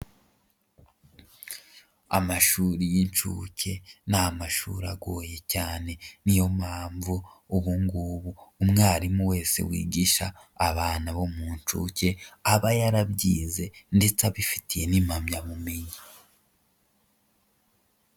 Amashuri y'inshuke, ni amashuri agoye cyane, niyo mpamvu ubu ngubu umwarimu wese wigisha abana bo mu nshuke aba yarabyize ndetse abifitiye n'impamyabumenyi.